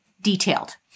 detailed